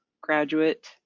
graduate